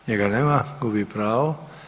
Njega nema, gubi pravo.